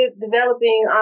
developing